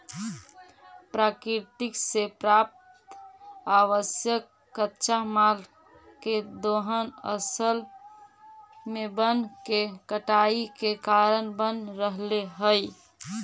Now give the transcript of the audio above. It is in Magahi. प्रकृति से प्राप्त आवश्यक कच्चा माल के दोहन असल में वन के कटाई के कारण बन रहले हई